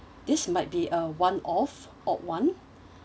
this might be a one off odd one